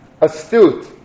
astute